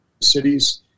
cities